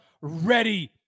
ready